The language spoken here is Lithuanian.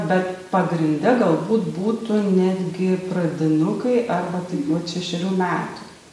bet pagrinde galbūt būtų netgi pradinukai arba taip vat šešerių metų